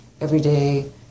everyday